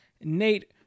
Nate